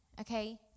Okay